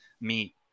meet